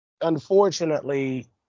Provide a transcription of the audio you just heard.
unfortunately